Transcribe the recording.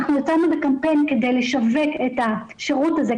אנחנו יצאנו בקמפיין כדי לשווק את השירות הזה,